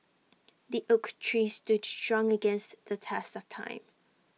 the oak tree stood strong against the test of time